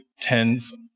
tens